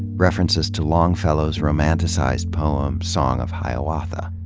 references to longfellow's romanticized poem, song of hiawatha.